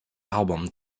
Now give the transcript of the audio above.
album